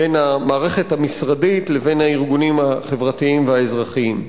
בין המערכת המשרדית לבין הארגונים החברתיים והאזרחיים.